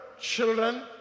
children